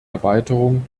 erweiterung